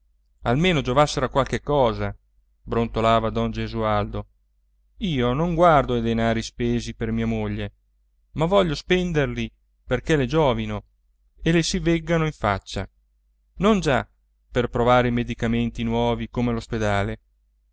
giovassero a qualche cosa brontolava don gesualdo io non guardo ai denari spesi per mia moglie ma voglio spenderli perché le giovino e le si veggano in faccia non già per provare i medicamenti nuovi come